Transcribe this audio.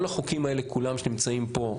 כל החוקים האלה כולם שנמצאים פה,